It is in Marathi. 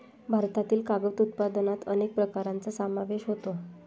भारतातील कागद उत्पादनात अनेक प्रकारांचा समावेश होतो